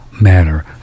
matter